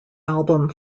album